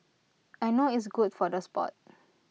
I know it's good for the Sport